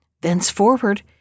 Thenceforward